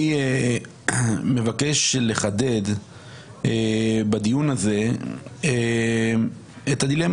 אני מבקש לחדד בדיון הזה את הדילמה